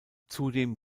zudem